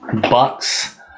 Bucks